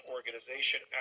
Organization